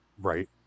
right